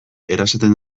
erasaten